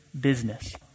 business